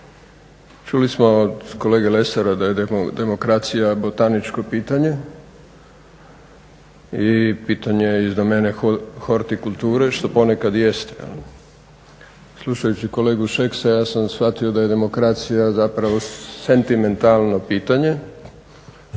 Čuli smo od kolege Lesara da je demokracija botaničko pitanje i pitanje iz domene hortikulture što ponekad i jest. Slušajući kolegu Šeksa ja sam shvatio da je demokracija zapravo sentimentalno pitanje